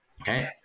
Okay